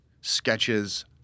sketches